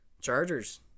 Chargers